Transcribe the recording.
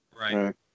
Right